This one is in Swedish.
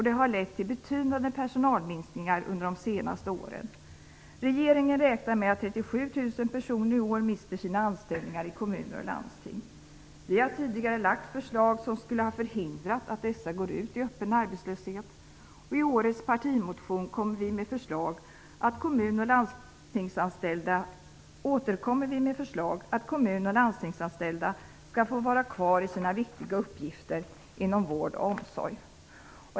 Det har lett till betydande personalminskningar under de senaste åren. Vi har tidigare lagt fram förslag som skulle ha förhindrat att dessa går ut i öppen arbetslöshet. I årets partimotion återkommer vi med förslag att kommun och landstingsanställda skall få vara kvar i sina viktiga uppgifter inom vård och omsorg.